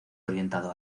orientado